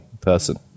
person